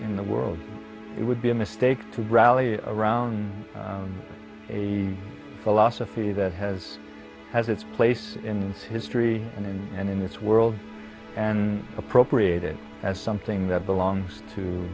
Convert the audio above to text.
in the world it would be a mistake to rally around a philosophy that has has its place in history and and in its world and appropriated as something that belongs to